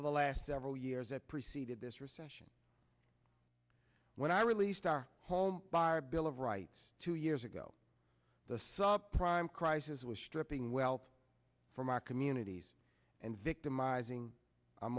of the last several years that preceded this recession when i released our home buyer a bill of rights two years ago the saw prime crisis was stripping wealth from our communities and victimizing